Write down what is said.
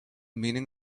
meaning